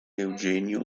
eugenio